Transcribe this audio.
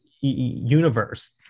universe